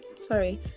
sorry